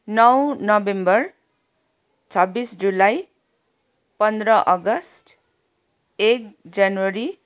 नौ नोभेम्बर छब्बिस जुलाई पन्ध्र अगस्ट एक जनवरी